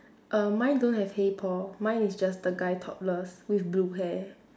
err mine don't have hey paul mine is just the guy topless with blue hair